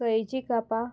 सयेची कापां